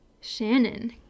Shannon